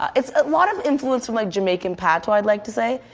it's ah lot of influence from like jamaican patois i like to say.